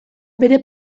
bere